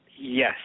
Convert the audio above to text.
yes